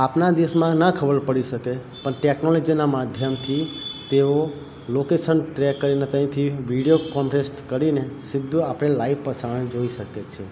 આપણા દેશમાં ના ખબર પડી શકે પણ ટેકનોલોજીના માધ્યમથી તેઓ લોકેશન ટ્રેક કરીને ત્યાંથી વિડીયો કૉંફરેન્સ કરીને સીધું આપણે લાઈવ પ્રસારણ જોઈ શકીએ છે